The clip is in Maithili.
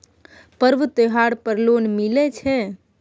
पर्व त्योहार पर लोन मिले छै?